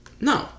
No